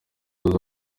uza